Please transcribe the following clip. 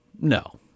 No